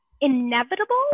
inevitable